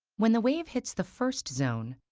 when the wave hits the first zone,